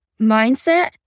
mindset